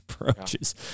approaches